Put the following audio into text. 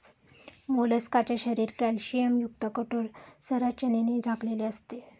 मोलस्काचे शरीर कॅल्शियमयुक्त कठोर संरचनेने झाकलेले असते